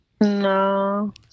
No